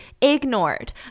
ignored